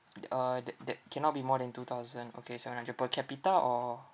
the uh that that cannot be more than two thousand okay seven hundred per capita or